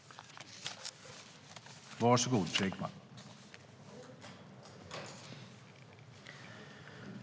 § 10)